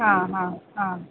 ആ അ ആ